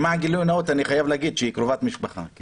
אני חייב להגיד שהיא קרובת משפחה.